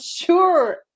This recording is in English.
sure